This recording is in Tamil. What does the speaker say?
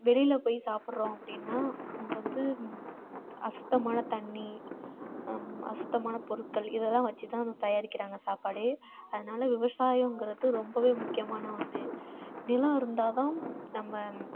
வெளியில போய் சாப்பிடுறோம் அப்படின்னா அங்கே வந்து அசுத்தமான தண்ணி அசுத்தமான பொருட்கள் இதெல்லாம் வச்சுத்தான் தயாரிக்கிறாங்க சாப்பாடே அதனாலே விவசாயங்கிறது ரொம்பவே முக்கியமான ஒன்று நிலம் இருந்தால் தாம் நம்ம